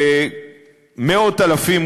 ומאות-אלפים,